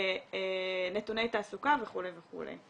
נתוני תעסוקה וכו' וכו'.